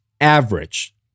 average